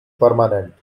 permanent